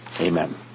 Amen